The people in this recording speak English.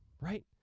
right